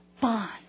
bond